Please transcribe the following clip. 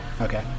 Okay